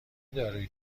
دارویی